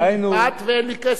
כמעט ואין לי כסף.